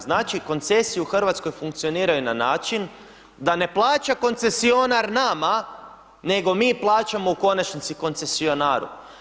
Znači, koncesije u RH funkcioniraju na način da ne plaća koncesionar nama, nego mi plaćamo u konačnici koncesionaru.